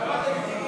לשנת התקציב